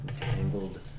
tangled